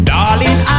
Darling